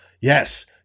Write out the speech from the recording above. yes